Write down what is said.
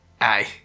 Aye